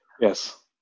Yes